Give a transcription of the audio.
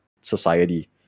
society